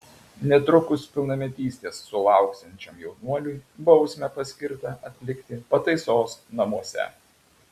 netrukus pilnametystės sulauksiančiam jaunuoliui bausmę paskirta atlikti pataisos namuose